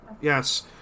yes